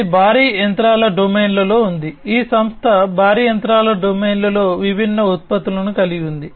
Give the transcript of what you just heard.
ఇది భారీ యంత్రాల డొమైన్లో ఉంది ఈ సంస్థ భారీ యంత్రాల డొమైన్లో విభిన్న ఉత్పత్తులను కలిగి ఉంది